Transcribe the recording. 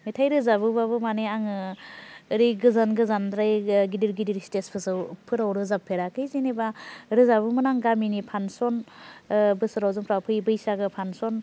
मेथाय रोजाबोबबो माने आङो ओरै गोजान गोजानद्राय गिदिर गिदिर सिटेज फोसाव फोराव रोजाब फेराखै जेनोबा रोजाबोमोन आं गामिनि फानसन बोसोराव जोंफ्रा फैयो बैसागो फानसन